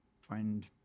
find